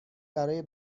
برای